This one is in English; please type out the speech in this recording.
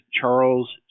Charles